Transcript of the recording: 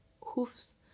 hoofs